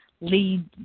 lead